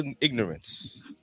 ignorance